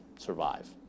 survive